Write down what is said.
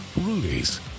rudy's